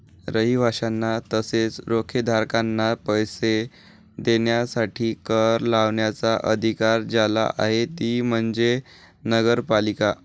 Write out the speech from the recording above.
रहिवाशांना तसेच रोखेधारकांना पैसे देण्यासाठी कर लावण्याचा अधिकार ज्याला आहे ती म्हणजे नगरपालिका